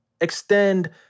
extend